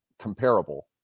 comparable